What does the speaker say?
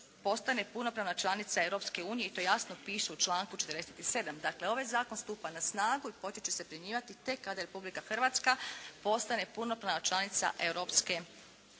postane punopravna članica Europske unije i to jasno piše u članku 47. Dakle, ovaj Zakon stupa na snagu i počet će se primjenjivati tek kada Republika Hrvatska postane punopravna članica